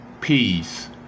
peace